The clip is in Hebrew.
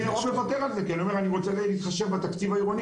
לא רוצה לוותר על זה כי אני אומר שאני רוצה להתחשב בתקציב העירוני